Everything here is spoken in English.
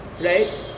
right